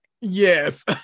Yes